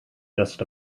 just